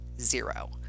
zero